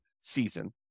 season